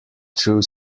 through